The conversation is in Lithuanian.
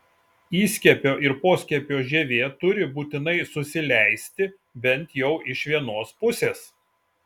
įskiepio ir poskiepio žievė turi būtinai susileisti bent jau iš vienos pusės